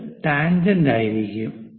അത് ടാൻജെന്റ് ആയിരിക്കും